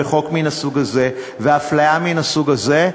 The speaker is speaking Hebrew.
וחוק מן הסוג הזה ואפליה מן הסוג הזה,